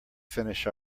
finish